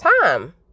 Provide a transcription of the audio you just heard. time